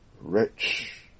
Rich